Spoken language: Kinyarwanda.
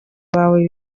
wawe